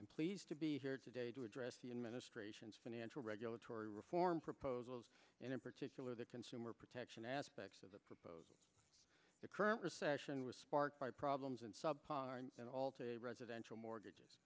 i'm pleased to be here today to address the administration's financial regulatory reform proposals and in particular the consumer protection aspects of the proposal the current recession was sparked by problems and sub it all to a residential mortgages